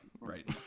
right